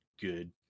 good